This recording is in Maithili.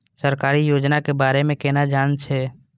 सरकारी योजना के बारे में केना जान से?